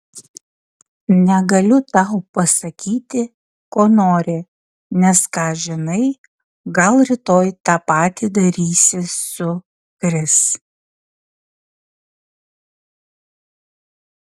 negaliu tau pasakyti ko nori nes ką žinai gal rytoj tą patį darysi su kris